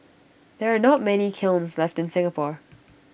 there are not many kilns left in Singapore